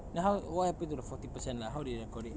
then how what happen to the forty percent like how they record it